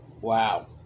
Wow